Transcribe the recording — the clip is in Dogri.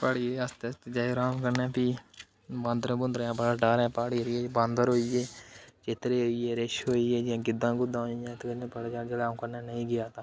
प्हाड़ी एरिए च आस्तै आस्तै जाएओ राम कन्नै भी बांदरें बूंदरें दा बड़ा डर ऐ प्हाड़ी एरिये च बांदर होई गे चित्तरे होई गे रिछ होइये जियां गिद्दां गुद्दां होई गेइयां इक दिन भी पता चलेआ जेल्लै अ'ऊं कन्नै नेईं गेआ तां